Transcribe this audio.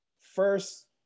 first